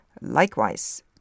Likewise